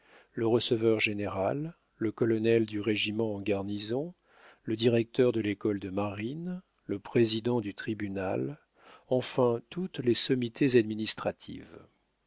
le receveur-général le colonel du régiment en garnison le directeur de l'école de marine le président du tribunal enfin toutes les sommités administratives